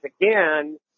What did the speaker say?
again